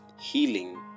healing